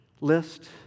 list